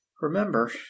remember